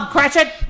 Cratchit